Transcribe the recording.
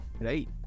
right